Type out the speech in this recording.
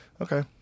okay